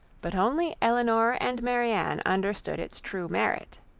but only elinor and marianne understood its true merit.